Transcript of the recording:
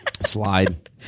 Slide